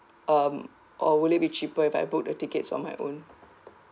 um or will it be cheaper if I book the tickets on my own